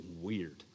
weird